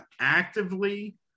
actively